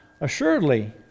Assuredly